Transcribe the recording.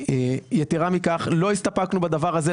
לא הסתפקנו בדבר הזה,